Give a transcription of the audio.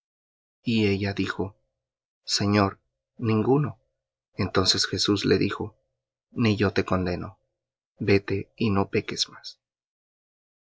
y ella dijo señor ninguno entonces jesús le dijo ni yo te condeno vete y no peques más